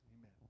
Amen